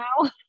now